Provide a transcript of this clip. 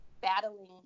battling